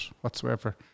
whatsoever